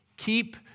Keep